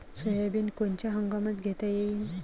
Soybean कोनच्या हंगामात घेता येईन?